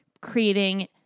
creating